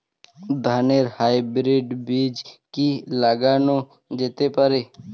ধানের হাইব্রীড বীজ কি লাগানো যেতে পারে?